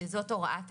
שזה הוראת הקבע,